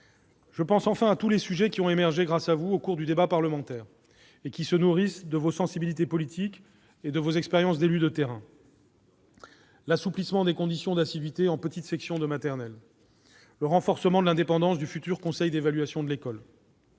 Je pense enfin à tous les sujets ayant émergé grâce à vous, mesdames, messieurs les sénateurs, au cours du débat parlementaire. Ils se nourrissent de vos sensibilités politiques et de vos expériences d'élus de terrain. Je citerai l'assouplissement des conditions d'assiduité en petite section de maternelle ; le renforcement de l'indépendance du futur conseil d'évaluation de l'école